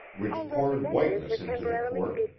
which poured whiteness into the court,